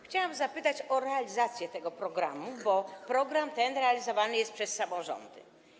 Chciałam zapytać o realizację tego programu, bo program ten realizowany jest przez samorządy.